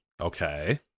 Okay